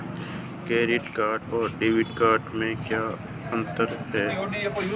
Credit card और debit card में क्या अंतर है?